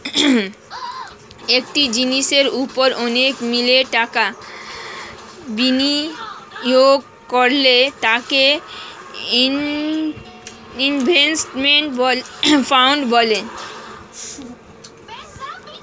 এক জিনিসের উপর অনেকে মিলে টাকা বিনিয়োগ করলে তাকে ইনভেস্টমেন্ট ফান্ড বলে